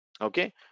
Okay